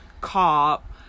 cop